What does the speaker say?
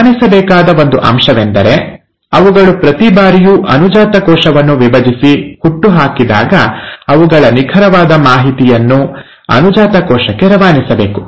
ಗಮನಿಸಬೇಕಾದ ಒಂದು ಅಂಶವೆಂದರೆ ಅವುಗಳು ಪ್ರತಿ ಬಾರಿಯೂ ಅನುಜಾತ ಕೋಶವನ್ನು ವಿಭಜಿಸಿ ಹುಟ್ಟುಹಾಕಿದಾಗ ಅವುಗಳ ನಿಖರವಾದ ಮಾಹಿತಿಯನ್ನು ಅನುಜಾತ ಕೋಶಕ್ಕೆ ರವಾನಿಸಬೇಕು